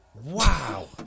Wow